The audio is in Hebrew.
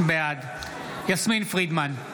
בעד יסמין פרידמן,